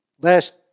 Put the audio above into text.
Last